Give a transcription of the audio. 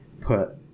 put